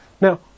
Now